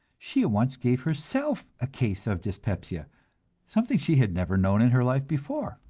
she at once gave herself a case of dyspepsia something she had never known in her life before.